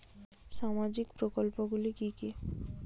সামাজিক প্রকল্প গুলি কি কি?